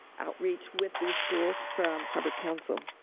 outreach with these schools from harbor council.